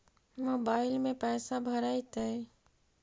Mobile में पैसा भरैतैय?